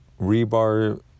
rebar